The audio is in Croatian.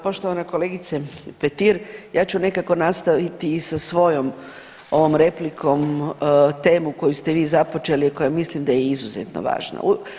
Poštovana kolegice Petir ja ću nekako nastaviti i sa svojom ovom replikom temu koju ste vi započeli koja mislim da je izuzetno važna.